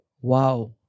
Wow